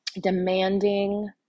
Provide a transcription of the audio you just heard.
demanding